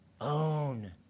own